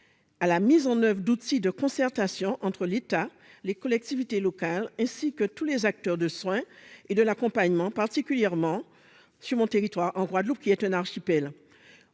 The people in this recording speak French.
la mise en oeuvre d'outils de concertation entre l'État, les collectivités locales et tous les acteurs du soin et de l'accompagnement. Il est particulièrement important sur mon territoire, la Guadeloupe, qui est un archipel,